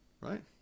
right